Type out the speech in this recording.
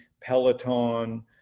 Peloton